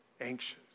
anxious